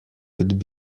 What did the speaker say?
could